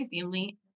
family